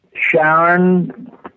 Sharon